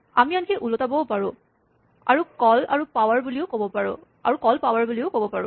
আমি আনকি ওলোটাবও পাৰোঁ আৰু কল পাৱাৰ বুলি ক'ব পাৰো